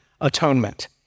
atonement